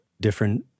different